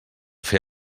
fer